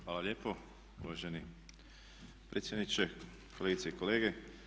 Hvala lijepo uvaženi predsjedniče, kolegice i kolege.